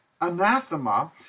Anathema